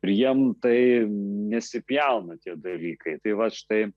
ir jiem tai nesipjauna tie dalykai tai vat štai